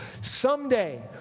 someday